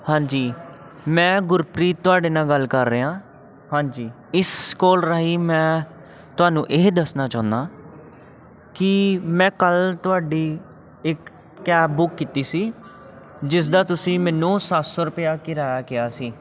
ਹਾਂਜੀ ਮੈਂ ਗੁਰਪ੍ਰੀਤ ਤੁਹਾਡੇ ਨਾਲ ਗੱਲ ਕਰ ਰਿਹਾ ਹਾਂਜੀ ਇਸ ਕਾਲ ਰਾਹੀਂ ਮੈਂ ਤੁਹਾਨੂੰ ਇਹ ਦੱਸਣਾ ਚਾਹੁੰਦਾ ਕਿ ਮੈਂ ਕੱਲ੍ਹ ਤੁਹਾਡੀ ਇੱਕ ਕੈਬ ਬੁੱਕ ਕੀਤੀ ਸੀ ਜਿਸ ਦਾ ਤੁਸੀਂ ਮੈਨੂੰ ਸੱਤ ਸੌ ਰੁਪਇਆ ਕਿਰਾਇਆ ਕਿਹਾ ਸੀ